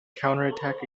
counterattack